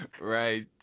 Right